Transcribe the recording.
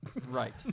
Right